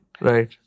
Right